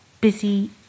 busy